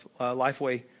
Lifeway